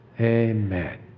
Amen